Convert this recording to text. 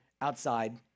outside